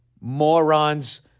morons